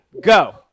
Go